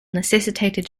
necessitated